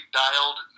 dialed